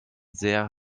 sehr